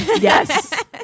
Yes